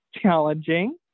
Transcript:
challenging